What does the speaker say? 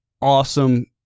awesome